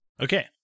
Okay